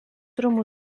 rūmų